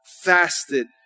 fasted